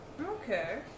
Okay